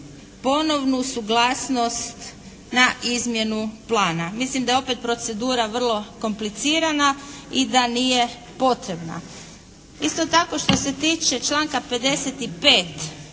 ponovnu suglasnost na izmjenu plana. Mislim da je opet procedura vrlo komplicirana i da nije potrebna. Isto tako, što se tiče članka 55.